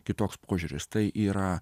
kitoks požiūris tai yra